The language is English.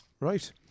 right